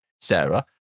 Sarah